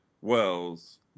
Wells